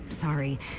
sorry